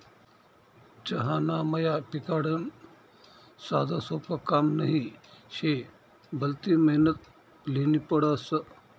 चहाना मया पिकाडनं साधंसोपं काम नही शे, भलती मेहनत ल्हेनी पडस